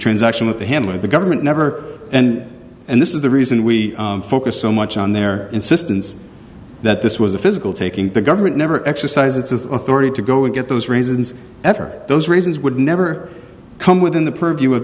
transaction with the hand with the government never and and this is the reason we focused so much on their insistence that this was a physical taking the government never exercised its authority to go and get those reasons after those reasons would never come within the purview of